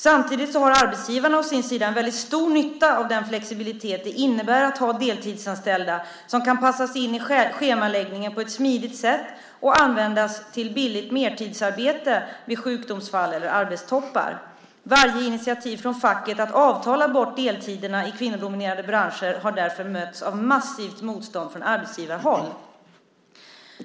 Samtidigt har arbetsgivarna å sin sida en väldigt stor nytta av den flexibilitet det innebär att ha deltidsanställda som kan passas in i schemaläggningen på ett smidigt sätt och användas till billigt mertidsarbete vid sjukdomsfall eller arbetstoppar. Varje initiativ från facket att avtala bort deltiderna i kvinnodominerade branscher har därför mötts av massivt motstånd från arbetsgivarhåll.